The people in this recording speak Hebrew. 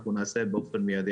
אנחנו נעשה באופן מיידי.